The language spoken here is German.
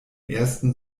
ersten